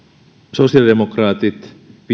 sosiaalidemokraatit vihreät